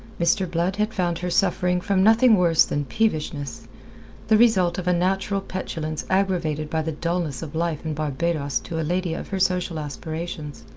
mr. blood had found her suffering from nothing worse than peevishness the result of a natural petulance aggravated by the dulness of life in barbados to a lady of her social aspirations.